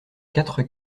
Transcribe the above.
quatre